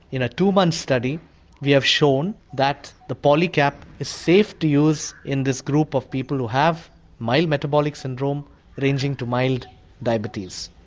in a two month study we have shown that the polycap is safe to use in this group of people who have mild metabolic syndrome ranging to mild diabetes.